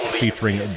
featuring